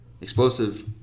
Explosive